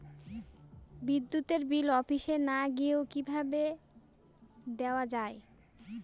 বিদ্যুতের বিল অফিসে না গিয়েও কিভাবে দেওয়া য়ায়?